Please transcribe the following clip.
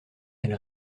elle